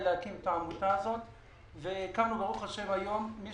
הצעה לסדר היום בנושא: